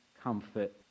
comfort